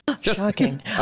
Shocking